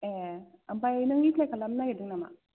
ए ओमफ्राय नों एप्लाइ खालामनो नागिरदों नामा